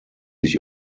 ich